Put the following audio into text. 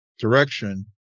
Direction